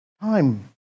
time